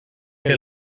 que